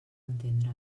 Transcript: entendre